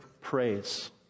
praise